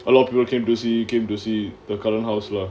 a lot of people came to see you came to see the current house lah